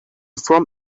from